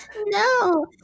no